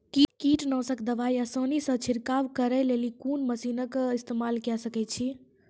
कीटनासक दवाई आसानीसॅ छिड़काव करै लेली लेल कून मसीनऽक इस्तेमाल के सकै छी?